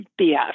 BS